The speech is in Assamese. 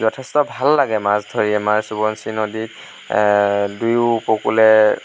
যথেষ্ট ভাল লাগে মাছ ধৰি আমাৰ সোৱণশিৰি নদীত দুই উপকূলে